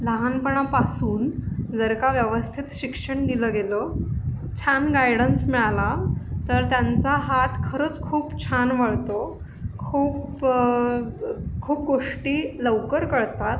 लहानपणापासून जर का व्यवस्थित शिक्षण दिलं गेलं छान गायडन्स मिळाला तर त्यांचा हात खरंच खूप छान वळतो खूप खूप गोष्टी लवकर कळतात